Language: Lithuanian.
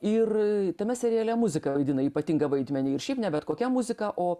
ir tame seriale muzika vaidina ypatingą vaidmenį ir šiaip ne bet kokia muzika o